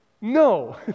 No